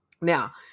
Now